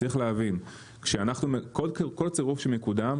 צריך להבין כל צירוף של נקודה,